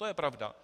To je pravda.